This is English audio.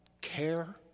care